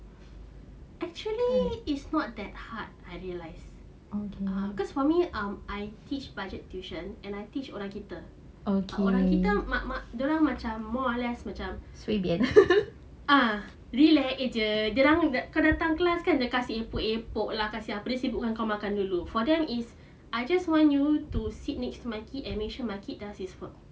actually it's not that hard I realise okay lah because for me um I teach budget tuition and I teach orang kita orang kita mak-mak dorang macam more or less macam ah relax jer kau datang class kan dia kasi epok-epok lah dia sibuk kasi kau makan dulu for them is I just want you to sit next to my kid and make sure my kid does his work